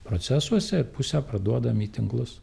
procesuose pusę parduodam į tinklus